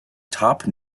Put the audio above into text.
top